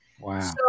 Wow